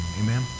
Amen